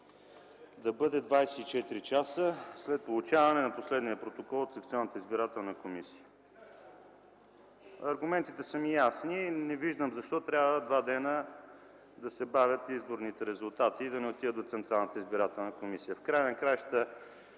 да бъде „24 часа след получаване на последния протокол от секционната избирателна комисия”. Аргументите ни са ясни – не виждам защо трябва два дни да се бавят изборните резултати и да не отидат до Централната избирателна комисия. В края на краищата